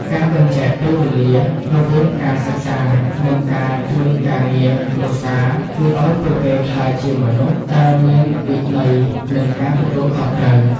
ការបែងចែកពេលវេលារវាងការសិក្សានិងការជួយការងារគ្រួសារជួយឱ្យពួកគេក្លាយជាមនុស្សដែលមានវិន័យនិងការទទួលខុសត្រូវ។